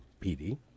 PD